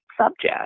subject